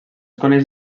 coneix